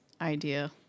idea